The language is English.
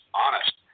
honest